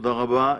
תודה רבה.